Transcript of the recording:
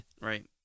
Right